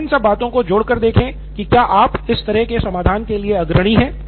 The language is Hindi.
बस इन सब बातों को जोड़ कर देखें कि क्या आप इस तरह के समाधान के लिए अग्रणी हैं